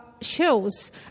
shows